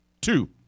Two